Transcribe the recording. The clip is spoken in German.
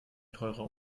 treuer